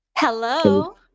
Hello